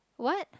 what